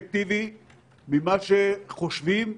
אפקטיבי ממה שחושבים,